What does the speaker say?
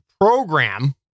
program